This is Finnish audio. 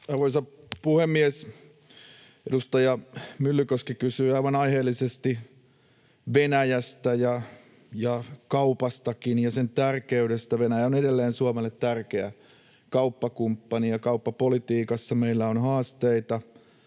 Arvoisa puhemies! Edustaja Myllykoski kysyi aivan aiheellisesti Venäjästä ja kaupastakin ja sen tärkey-destä. Venäjä on edelleen Suomelle tärkeä kauppakumppani, ja kauppapolitiikassa meillä on haasteita,